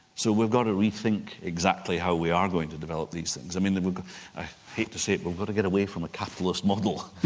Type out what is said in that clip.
so we've got to rethink exactly how we are going to develop these things. i mean i hate to say it but we've go to get away from a capitalist model